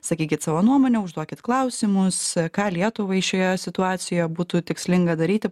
sakykit savo nuomonę užduokit klausimus ką lietuvai šioje situacijoje būtų tikslinga daryti